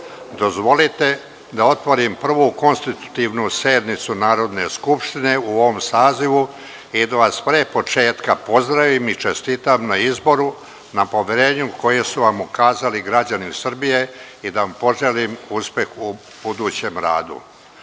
vama. Dozvolite da otvorim Prvu (konstitutivnu) sednicu Narodne skupštine u ovom sazivu i da vas, pre početka rada, pozdravim i čestitam na izboru i na poverenju koje su vam ukazali građani Srbije, i da vam poželim uspeh u budućem radu. Molim